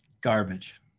garbage